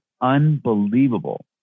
unbelievable